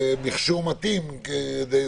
וגם כשמדובר באורחים הרבים שאנחנו שמחים לארח,